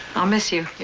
i'll miss you,